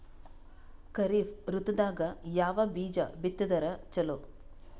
ಖರೀಫ್ ಋತದಾಗ ಯಾವ ಬೀಜ ಬಿತ್ತದರ ಚಲೋ?